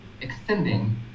extending